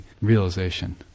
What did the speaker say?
realization